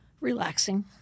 relaxing